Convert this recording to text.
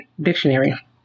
Dictionary